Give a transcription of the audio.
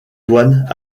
douanes